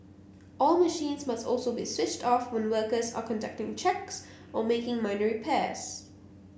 all machines must also be switched off when workers are conducting checks or making minor repairs